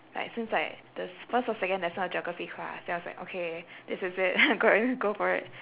like since like the first or second lesson of geography class then I was like okay this is it go for it